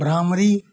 bhramari